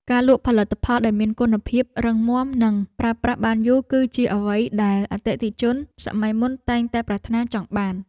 ការលក់ផលិតផលដែលមានគុណភាពរឹងមាំនិងប្រើប្រាស់បានយូរ គឺជាអ្វីដែលអតិថិជនសម័យមុនតែងតែប្រាថ្នាចង់បាន។